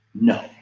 No